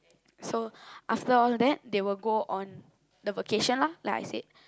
so after all that they will go on the vacation leh like I said